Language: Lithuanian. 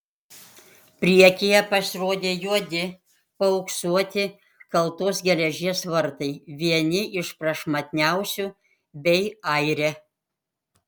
priekyje pasirodė juodi paauksuoti kaltos geležies vartai vieni iš prašmatniausių bei aire